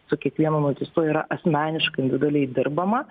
su kiekvienu nuteistuoju yra asmeniškai individualiai dirbama